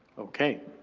okay,